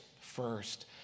first